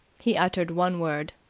he uttered one word.